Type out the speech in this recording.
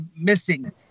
missing